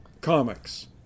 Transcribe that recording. comics